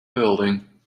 building